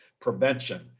prevention